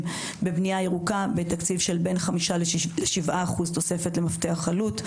בבנייה ירוקה בתקציב של בין 5% 7% תוספת למפתח עלות.